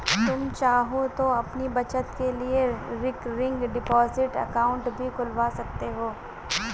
तुम चाहो तो अपनी बचत के लिए रिकरिंग डिपॉजिट अकाउंट भी खुलवा सकते हो